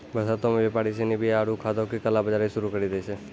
बरसातो मे व्यापारि सिनी बीया आरु खादो के काला बजारी शुरू करि दै छै